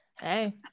Hey